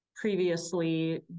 previously